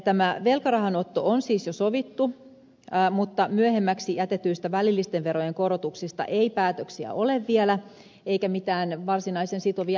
tämä velkarahan otto on siis jo sovittu mutta myöhemmäksi jätetyistä välillisten verojen korotuksista ei päätöksiä ole vielä eikä mitään varsinaisen sitovia esityksiään